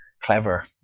clever